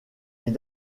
est